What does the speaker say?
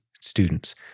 students